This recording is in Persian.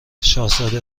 شاهزاده